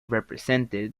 represented